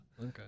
Okay